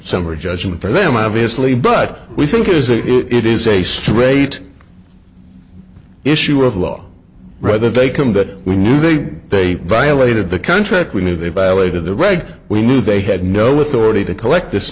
summary judgment for them obviously but we think it is a it is a straight issue of law rather they come that we knew they violated the contract we knew they violated the regs we knew they had no authority to collect this